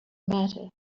matter